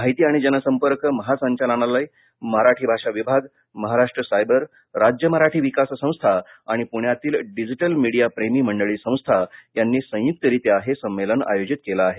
माहिती आणि जनसंपर्क महासंचालनालय मराठीभाषा विभाग महाराष्ट्र सायबर राज्य मराठी विकास संस्था आणि पुण्यातील डिजिटल मीडिया प्रेमी मंडळी संस्था यांनी संयुक्तरीत्या हे संमेलन आयोजित केलं आहे